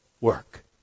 work